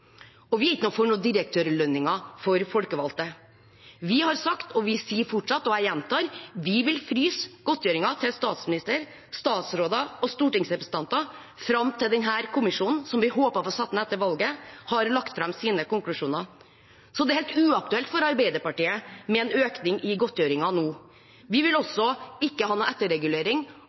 Vi er ikke for direktørlønninger for folkevalgte. Vi har sagt, og vi sier fortsatt: Vi vil fryse godtgjørelsen til statsminister, statsråder og stortingsrepresentanter fram til denne kommisjonen, som vi håper å få satt ned etter valget, har lagt fram sine konklusjoner. Så det er helt uaktuelt for Arbeiderpartiet med en økning i godtgjørelsen nå. Vi vil heller ikke ha noen etterregulering